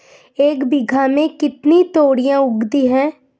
एक बीघा में कितनी तोरियां उगती हैं?